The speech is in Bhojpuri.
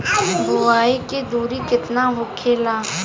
बुआई के दूरी केतना होखेला?